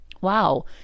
wow